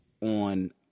on